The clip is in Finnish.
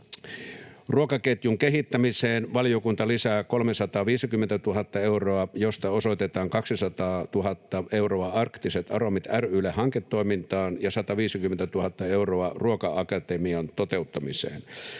Ruokaketjun kehittämiseen valiokunta lisää 350 000 euroa, josta osoitetaan 200 000 euroa Arktiset Aromit ry:lle hanketoimintaan ja 150 000 euroa Ruoka-akatemian toteuttamiseen.